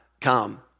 come